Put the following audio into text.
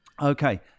Okay